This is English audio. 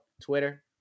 Twitter